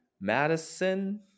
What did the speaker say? madison